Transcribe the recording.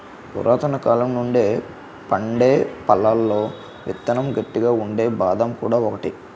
పురాతనకాలం నుండి పండే పళ్లలో విత్తనం గట్టిగా ఉండే బాదం కూడా ఒకటి